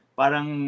parang